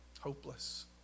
Hopeless